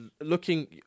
looking